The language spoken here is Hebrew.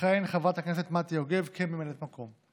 תכהן חברת הכנסת מטי יוגב כממלאת מקום,